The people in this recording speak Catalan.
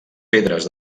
pedres